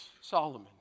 Solomon